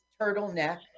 turtleneck